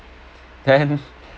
then